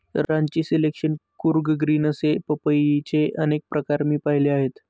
Ranchi selection, Coorg green असे पपईचे अनेक प्रकार मी पाहिले आहेत